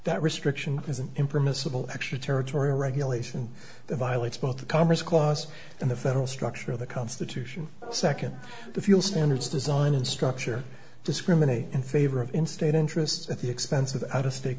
that restriction is an impermissible extraterritorial regulation that violates both the commerce clause and the federal structure of the constitution second the fuel standards design and structure discriminate in favor of in state interests at the expense without a sta